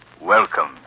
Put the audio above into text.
welcome